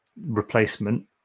replacement